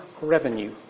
revenue